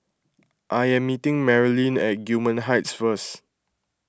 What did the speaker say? I am meeting Marilyn at Gillman Heights first